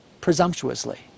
presumptuously